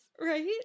Right